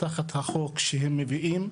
תחת החוק שהם מביאים,